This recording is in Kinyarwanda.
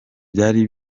byari